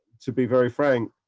to be very frank,